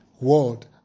world